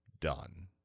done